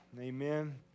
Amen